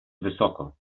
wysoko